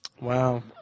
Wow